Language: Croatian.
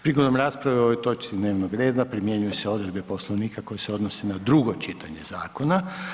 Prigodom rasprave o ovoj točci dnevnog reda primjenjuju se odredbe Poslovnika koje se odnose na drugo čitanje zakona.